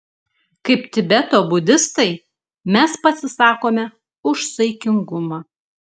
kaip tibeto budistai mes pasisakome už saikingumą